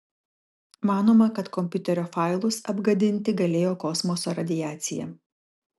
manoma kad kompiuterio failus apgadinti galėjo kosmoso radiacija